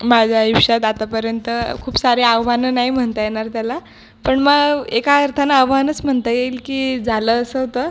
माझ्या आयुष्यात आतापर्यंत खूप सारे आव्हानं नाही म्हणता येणार त्याला पण मग एका अर्थानं आव्हानंच म्हणता येईल की झालं असं होतं